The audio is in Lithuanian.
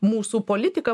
mūsų politika